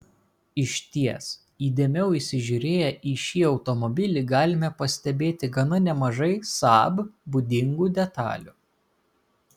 išties įdėmiau įsižiūrėję į šį automobilį galime pastebėti gana nemažai saab būdingų detalių